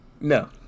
No